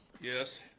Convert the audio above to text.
Yes